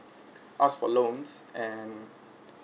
ask for loans and